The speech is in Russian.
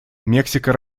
мексика